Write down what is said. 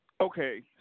Okay